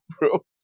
bro